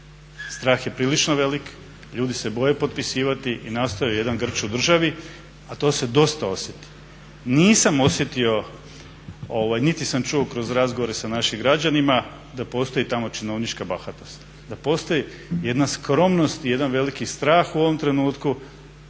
Strah je prilično velik, ljudi se boje potpisivati i nastao je jedan grč u državi, a to se dosta osjeti. Nisam osjetio niti sam čuo kroz razgovore sa našim građanima da postoji tamo činovnička bahatost. Da postoji jedna skromnost i jedan veliki strah u ovom trenutku,